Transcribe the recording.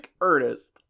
Ernest